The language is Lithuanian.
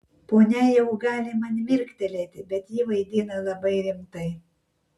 ponia jau gali man mirktelėti bet ji vaidina labai rimtai